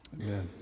Amen